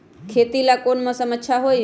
खेती ला कौन मौसम अच्छा होई?